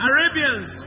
Arabians